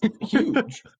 huge